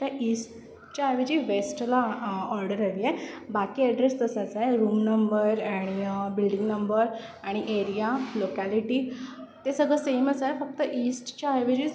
त्या ईस्टच्या ऐवजी वेस्टला ऑर्डर हवी आहे बाकी ॲड्रेस तसाच आहे रूम नंबर आणि बिल्डिंग नंबर आणि एरिया लोकॅलिटी ते सगळं सेमच आहे फक्त ईस्टच्या ऐवजीच